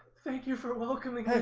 thank you for welcoming.